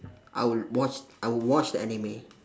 I will watch I will watch the anime